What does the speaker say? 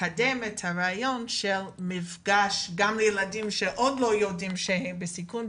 לקדם את הרעיון של מפגש גם לילדים שעוד לא יודעים שהם בסיכון,